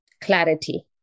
clarity